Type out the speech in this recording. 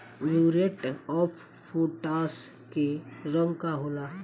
Muriate of potash के रंग का होला?